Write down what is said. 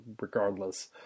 regardless